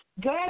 Good